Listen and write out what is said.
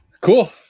cool